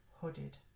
hooded